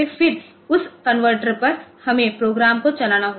फिर उस कनवर्टर पर हमें प्रोग्राम को चलाना होगा